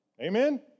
Amen